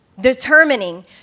Determining